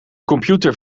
computer